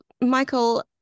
Michael